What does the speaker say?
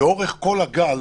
לאורך כל הגל